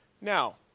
Now